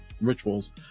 rituals